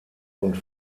und